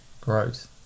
Gross